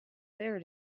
there